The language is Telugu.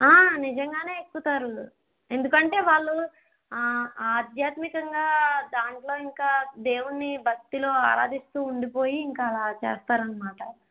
నిజంగానే ఎక్కుతారు ఎందుకంటే వాళ్ళు ఆ ఆధ్యాత్మికంగా దాంట్లో ఇంకా దేవుణ్ని భక్తిలో ఆరాధిస్తూ ఉండిపోయి ఇంక అలా చేస్తారనమాట